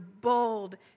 bold